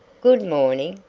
good morning!